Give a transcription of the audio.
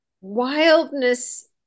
wildness